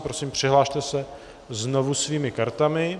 Prosím, přihlaste se znovu svými kartami.